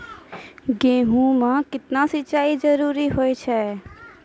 गेहूँ म केतना सिंचाई जरूरी होय छै?